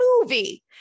movie